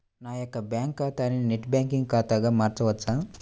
నా యొక్క బ్యాంకు ఖాతాని నెట్ బ్యాంకింగ్ ఖాతాగా మార్చవచ్చా?